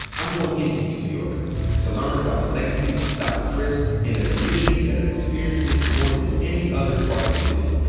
i'm going into east new york to learn about the legacy of stop and frisk in a community that has experienced it more than any other part of the city.